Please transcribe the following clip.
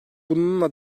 bununla